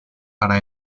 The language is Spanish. para